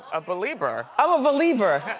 a belieber. i'm a belieber.